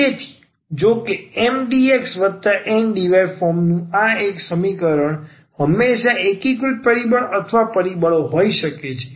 તેથી જોકે MdxNdyફોર્મનું આ એક સમીકરણ હંમેશા એકીકૃત પરિબળ અથવા પરિબળો હોઇ શકે છે